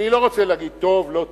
אני לא רוצה להגיד דבר טוב, לא טוב,